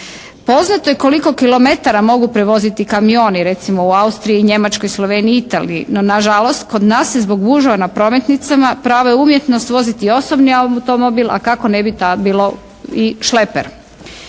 Poznato je koliko kilometara mogu prevoziti kamioni. Recimo u Austriji, Njemačkoj, Sloveniji i Italiji. No nažalost kod nas se zbog gužva na prometnicama, prava je umjetnost voziti osobni automobil a kako ne bi …